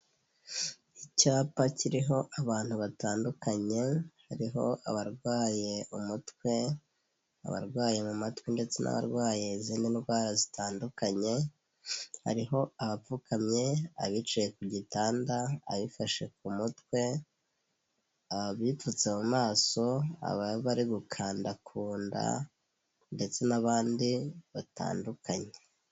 Icyapa kiriho abantu batandukanye, hariho abarwaye umutwe, abarwaye mu matwi, ndetse n'abarwaye izindi ndwara zitandukanye, hariho abapfukamye, abicaye ku gitanda, abifashe ku mutwe, abipfutse mu maso, ababa bari gukanda kunda, ndetse n'abandi batandukanye.